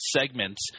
segments